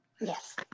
Yes